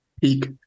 Peak